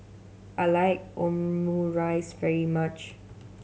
I like Omurice very much